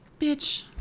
Bitch